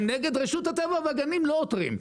הם נגד רשות הטבע והגנים לא עותרים.